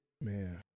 Man